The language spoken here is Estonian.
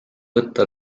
võtta